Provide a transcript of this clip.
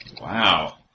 Wow